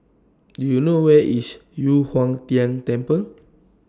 Do YOU know Where IS Yu Huang Tian Temple